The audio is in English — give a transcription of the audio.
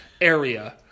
area